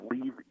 leave